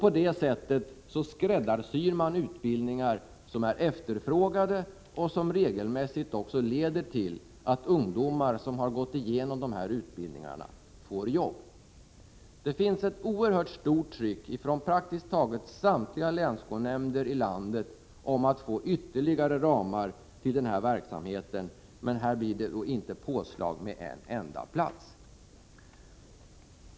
På det sättet skräddarsyr man utbildningar som är efterfrågade, och detta leder regelmässigt också till att ungdomar som har gått igenom de här utbildningarna får jobb. Det finns ett oerhört starkt tryck från praktiskt taget samtliga länsskolnämnder i landet att få ytterligare ramar till denna verksamhet. Men här blir det inte påslag med en enda plats.